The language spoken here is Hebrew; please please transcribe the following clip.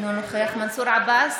אינו נוכח מנסור עבאס,